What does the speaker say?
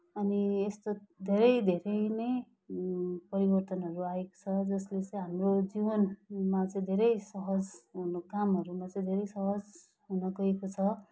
अनि यस्तो धेरै धेरै नै परिवर्तनहरू आएको छ जसले चाहिँ हाम्रो जीवनमा चाहिँ धेरै सहज हुनु कामहरूमा चाहिँ धेरै सहज हुनगएको छ